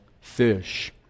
fish